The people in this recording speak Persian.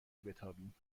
بتابیم